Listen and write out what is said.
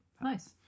Nice